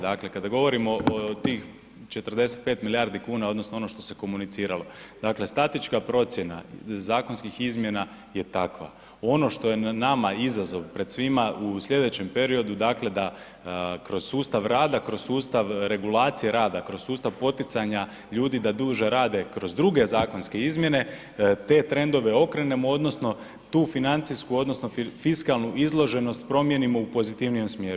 Dakle, kad govorimo o tih 45 milijardi kuna odnosno ono što ste komuniciralo, dakle statička procjena zakonskih izmjena je takva, ono što je nama izazov pred svima u slijedećem periodu, dakle da kroz sustav rada, kroz sustav regulacije rada, kroz sustav poticanja ljudi da duže rade kroz druge zakonske izmjene, te trendove okrenemo odnosno tu financijsku odnosno fiskalnu izloženost promijenimo u pozitivnijem smjeru.